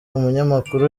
umunyamakuru